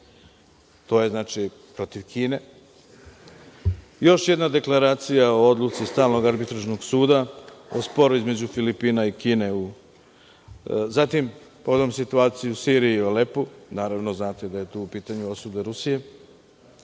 to je protiv Kine, još jedna dekleracija o odluci stalnog arbitražnog suda, o sporu između Filipina i Kine, zatim povodom situacije u Siriji u Alepu, naravno, znate da je tu u pitanju osuda Rusije,